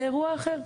זה אירוע אחר.